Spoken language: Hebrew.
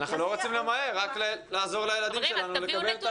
אנחנו לא רוצים למהר, רק לעזור לילדים שלנו לקבל.